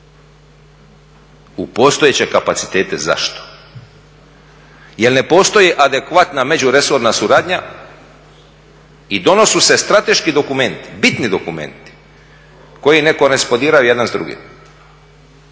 u postojeće kapacitete. Zašto? Jer ne postoje adekvatna međuresorna suradnja i donose se strateški dokumenti, bitni dokumenti, koji … jedan s drugim.